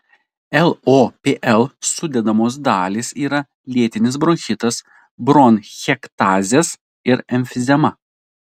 lopl sudedamos dalys yra lėtinis bronchitas bronchektazės ir emfizema